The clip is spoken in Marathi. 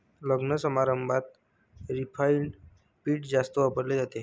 लग्नसमारंभात रिफाइंड पीठ जास्त वापरले जाते